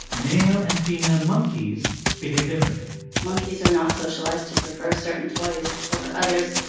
male and female monkeys behave differently monkeys are not socialized to prefer certain toys over others,